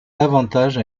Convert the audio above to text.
davantage